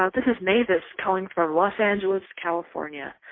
um this is mavis calling from los angeles, california.